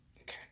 Okay